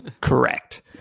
Correct